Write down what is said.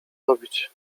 robić